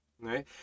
right